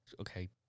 Okay